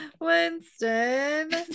Winston